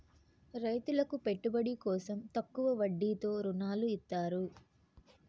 రైతులకు పెట్టుబడి కోసం తక్కువ వడ్డీతో ఋణాలు ఇత్తారు